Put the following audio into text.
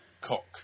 cock